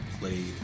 played